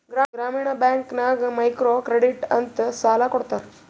ಗ್ರಾಮೀಣ ಬ್ಯಾಂಕ್ ನಾಗ್ micro credit ಅಂತ್ ಸಾಲ ಕೊಡ್ತಾರ